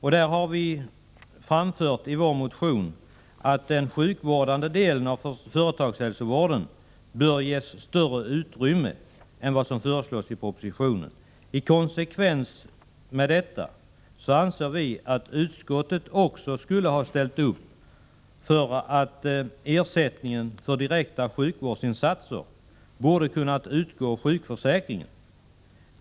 I vår motion har vi uttalat att den sjukvårdande delen av företagshälsovården bör ges större utrymme än vad som föreslås i propositionen. I konsekvens härmed anser vi att ersättningen för direkta sjukvårdsinsatser bör kunna utgå ur sjukförsäkringen.